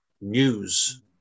news